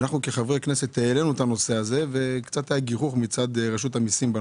אנחנו כחברי כנסת העלינו את הנושא הזה והיה קצת גיחוך מצד רשות המיסים.